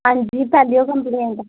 ਹਾਂਜੀ ਤੁਹਾਡੀ ਓ ਕੰਪਨੀ ਇਹ ਤਾਂ